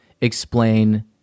explain